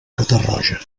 catarroja